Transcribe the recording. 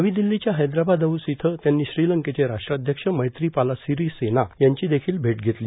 नवी दिल्लीच्या हैद्राबाद हाऊस इथं त्यांनी श्रीलंकेचे राष्ट्राध्यक्ष मैत्रिपाला सिरीसेना यांची देखिल भेट घेतली